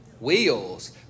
wheels